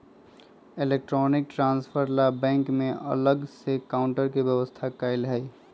electronic transfer ला bank में अलग से काउंटर के व्यवस्था कएल हई